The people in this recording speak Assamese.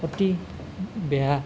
অতি বেয়া